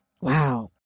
Wow